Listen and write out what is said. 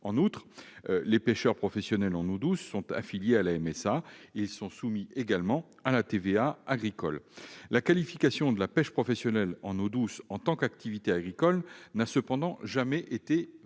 En outre, les pêcheurs professionnels en eau douce sont affiliés à la MSA. Ils sont également soumis à la TVA agricole. La qualification de la pêche professionnelle en eau douce en tant qu'activité agricole n'a cependant jamais été explicite.